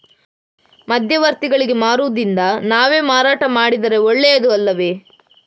ಮಧ್ಯವರ್ತಿಗಳಿಗೆ ಮಾರುವುದಿಂದ ನಾವೇ ಮಾರಾಟ ಮಾಡಿದರೆ ಒಳ್ಳೆಯದು ಅಲ್ಲವೇ?